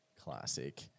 Classic